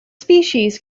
species